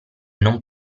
non